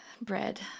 Bread